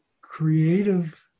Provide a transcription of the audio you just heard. creative